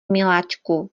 miláčku